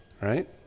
right